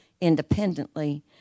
independently